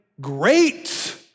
great